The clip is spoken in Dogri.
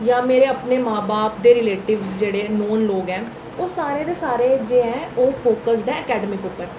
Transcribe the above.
जां मेरे अपने मां बाप दे रिलेटिव जेह्ड़े न ओह् लोग न ओह् सारें दे सारे जेह्ड़े ऐ ओह् फोकस्ड ऐ अकैडमिक उप्पर